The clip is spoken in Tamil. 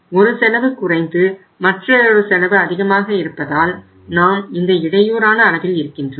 ஒரு செலவு குறைந்த மற்றொரு செலவு அதிகமாக இருப்பதால் நாம் இந்த இடையூறான அளவில் இருக்கின்றோம்